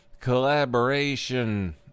collaboration